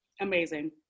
Amazing